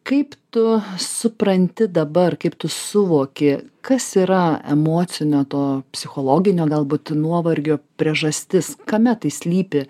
kaip tu supranti dabar kaip tu suvoki kas yra emocinio to psichologinio galbūt nuovargio priežastis kame tai slypi